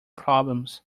problems